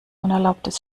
unerlaubtes